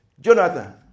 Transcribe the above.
Jonathan